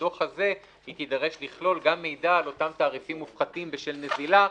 בדוח הזה היא תידרש לכלול גם מידע על אותם תעריפים מופחתים בשל נזילה,